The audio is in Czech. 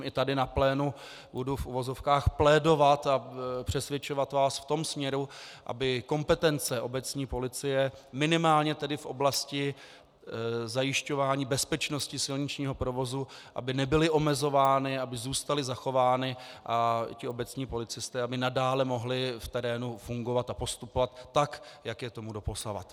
I tady na plénu budu v uvozovkách plédovat a přesvědčovat vás v tom směru, aby kompetence obecní policie minimálně v oblasti zajišťování bezpečnosti silničního provozu nebyly omezovány, aby zůstaly zachovány a obecní policisté aby nadále mohli v terénu fungovat a postupovat tak, jak je tomu doposud.